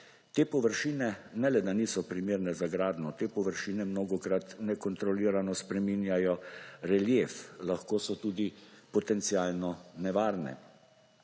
Te površine ne le, da niso primerne za gradnjo, te površine mnogokrat nekontrolirano spreminjajo relief, lahko so tudi potencialno nevarne.